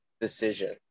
decision